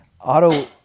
auto